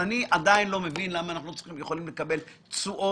אני עדיין לא מבין למה אנחנו לא יכולים לקבל תשואות.